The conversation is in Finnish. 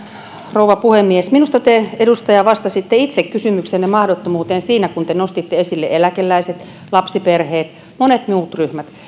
rouva puhemies minusta te edustaja vastasitte itse kysymyksenne mahdottomuuteen siinä kun te nostitte esille eläkeläiset lapsiperheet monet muut ryhmät